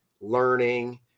learning